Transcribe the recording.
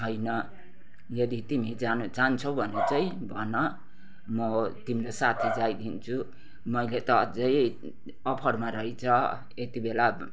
छैन यदि तिमी जानु चाहन्छौ भने चाहिँ भन म तिमीलाई साथी जाइदिन्छु मैले त अझै अफरमा रहेछ यतिबेला